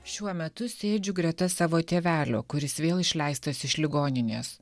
šiuo metu sėdžiu greta savo tėvelio kuris vėl išleistas iš ligoninės